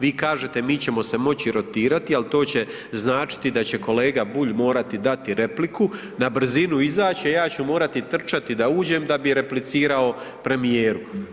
Vi kažete, mi ćemo se moći rotirati, ali to će značiti da će kolega Bulj morati dati repliku, na brzinu izaći, a ja ću morati trčati da uđem da bi replicirao premijeru.